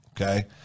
okay